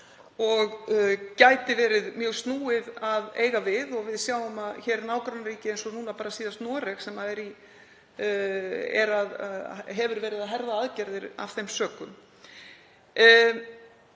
og gæti verið mjög snúið að eiga við. Við sjáum nágrannaríki eins og núna síðast Noreg, sem hefur verið að herða aðgerðir af þeim sökum.